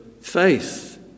faith